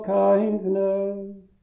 kindness